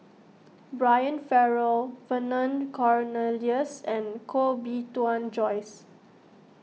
Brian Farrell Vernon Cornelius and Koh Bee Tuan Joyce